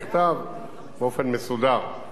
לגבי הפרטים של הקורסים.